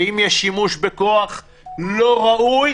ואם יש שימוש בכוח לא ראוי,